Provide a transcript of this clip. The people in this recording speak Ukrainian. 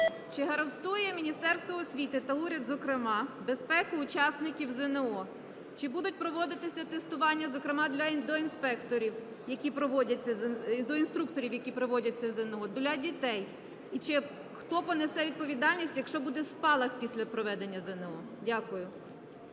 Чи гарантує Міністерство освіти та уряд зокрема безпеку учасників ЗНО? Чи будуть проводитися тестування, зокрема, до інструкторів, які проводять це ЗНО, для дітей? Хто понесе відповідальність, якщо буде спалах після проведення ЗНО? Дякую.